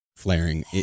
flaring